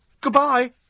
Goodbye